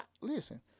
listen